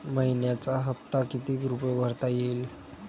मइन्याचा हप्ता कितीक रुपये भरता येईल?